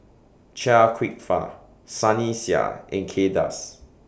Chia Kwek Fah Sunny Sia and Kay Das